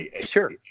Sure